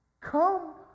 Come